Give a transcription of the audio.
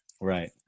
Right